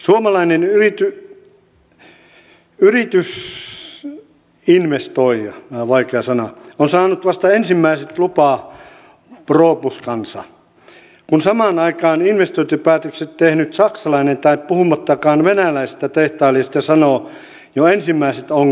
suomalainen yritysinvestoija on saanut vasta ensimmäiset lupapropuskansa kun samaan aikaan investointipäätökset tehnyt saksalainen tehtailija puhumattakaan venäläisestä sanoo jo ensimmäiset ongelmat irti